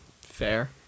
Fair